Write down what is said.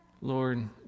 Lord